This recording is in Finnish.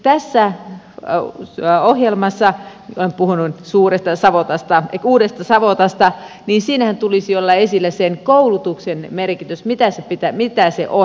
tässä ohjelmassa olen puhunut uudesta savotasta tulisi olla esillä sen koulutuksen merkitys mitä se on